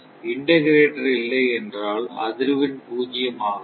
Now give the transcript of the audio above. integrator இல்லை என்றால் அதிர்வெண் பூஜ்யமாகாது